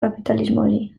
kapitalismoari